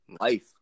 life